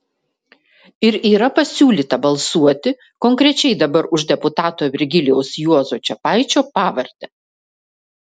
ir yra pasiūlyta balsuoti konkrečiai dabar už deputato virgilijaus juozo čepaičio pavardę